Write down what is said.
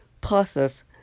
process